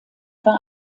war